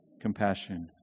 compassion